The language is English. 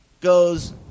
goes